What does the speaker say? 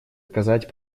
оказать